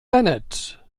bennett